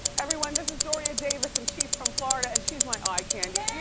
everyone, this is doria davis and she's from florida and she's my eye candy,